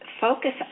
focus